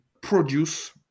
produce